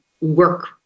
work